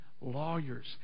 lawyers